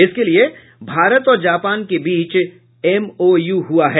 इसके लिये भारत और जापान के बीच एमओयू हुआ है